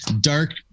dark